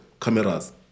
cameras